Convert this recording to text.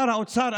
שר האוצר,